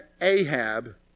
Ahab